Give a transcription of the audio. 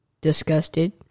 Disgusted